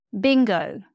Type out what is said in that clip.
Bingo